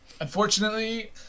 unfortunately